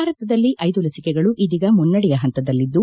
ಭಾರತದಲ್ಲಿ ಐದು ಲಸಿಕೆಗಳು ಇದೀಗ ಮುನ್ನಡೆಯ ಹಂತದಲ್ಲಿದ್ದು